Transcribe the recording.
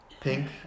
Pink